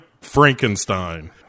Frankenstein